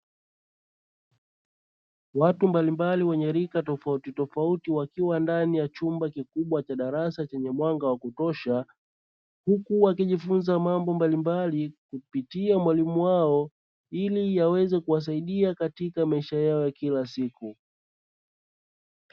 Watu mbalimbali wenye rika tofautitofauti wakiwa ndani ya chumba kikubwa cha darasa chenye mwanga wa kutosha, huku wakijifunza mambo mbalimbali kupitia mwalimu wao ili yaweze kuwasaida katika maisha yao ya kila siku.